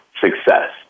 success